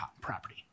property